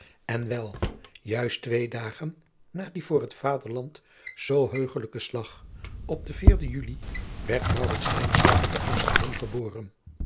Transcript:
en wel juist twee dagen na dien voor het vaderland zoo heugelijken slag op den vierden julij werd maurits lijnslager te amsterdam geboren